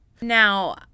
Now